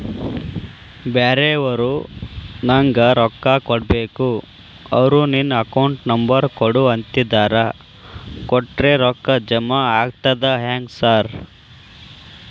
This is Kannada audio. ಬ್ಯಾರೆವರು ನಂಗ್ ರೊಕ್ಕಾ ಕೊಡ್ಬೇಕು ಅವ್ರು ನಿನ್ ಅಕೌಂಟ್ ನಂಬರ್ ಕೊಡು ಅಂತಿದ್ದಾರ ಕೊಟ್ರೆ ರೊಕ್ಕ ಜಮಾ ಆಗ್ತದಾ ಹೆಂಗ್ ಸಾರ್?